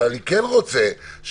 אבל אני כן רוצה שהממשלה,